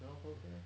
cannot close meh